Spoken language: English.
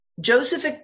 Joseph